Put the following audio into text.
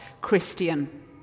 Christian